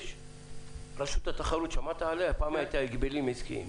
רשות התחרות שהייתה פעם רשות ההגבלים העסקיים,